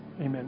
Amen